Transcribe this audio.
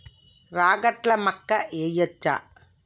రాగట్ల మక్కా వెయ్యచ్చా?